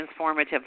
transformative